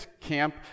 camp